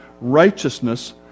righteousness